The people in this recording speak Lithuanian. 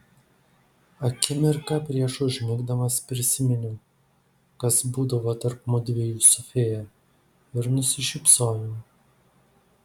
akimirką prieš užmigdamas prisiminiau kas būdavo tarp mudviejų su fėja ir nusišypsojau